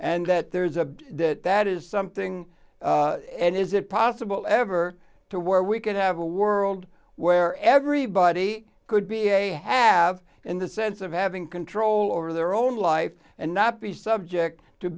and that there's a that that is something and is it possible ever to where we could have a world where everybody could be a have in the sense of having control over their own life and not be subject to